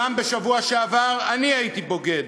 בשבוע שעבר גם אני הייתי בוגד,